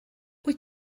wyt